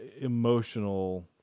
emotional